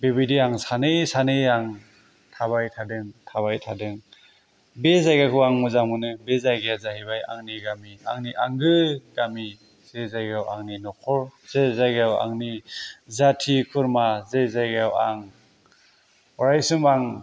बेबायदि आं सानै सानै आं थाबाय थादों बे जायगाखौ आं मोजां मोनो बे जायगाया जाहैबाय आंनि गामि आंनि आंगो गामि जे जायगायाव आंनि न'खर जे जायगायाव आंनि जाथि खुरमा जे जायगायाव आं अरायसम आं